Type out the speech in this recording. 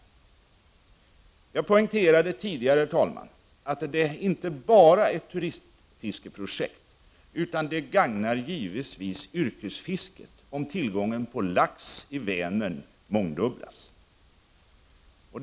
Herr talman! Jag poängterade tidigare att det inte bara är turistfiskeprojekt utan givetvis även yrkesfisket som gagnas om tillgången på lax i Vänern mångdubblas.